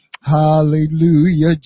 Hallelujah